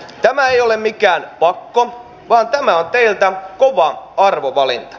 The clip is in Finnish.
tämä ei ole mikään pakko vaan tämä on teiltä kova arvovalinta